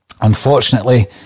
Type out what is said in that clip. Unfortunately